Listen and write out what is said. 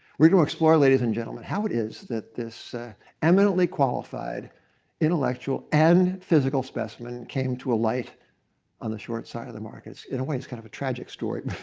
we're going to explore, ladies and gentlemen, how it is that this eminently qualified intellectual and physical specimen came to a light on the short side of the markets. in a way, it's kind of a tragic story.